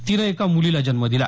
तिनं एका मुलीला जन्म दिला